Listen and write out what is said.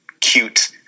cute